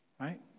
right